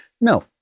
No